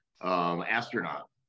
astronaut